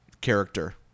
character